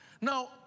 Now